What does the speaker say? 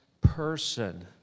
person